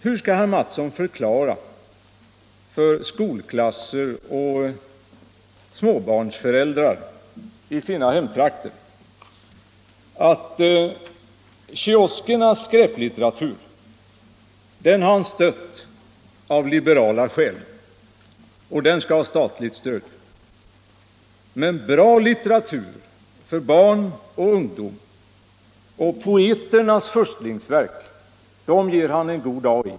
Hur skall herr Mattsson förklara för skolklasser och småbarnsföräldrar i sina hemtrakter att han av liberala skäl har stött kioskernas skräplitteratur? Den skall ha statligt stöd. Men bra litteratur för barn och ungdom och poeternas förstlingsverk ger han en god dag i.